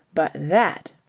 but that,